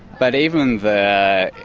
but even the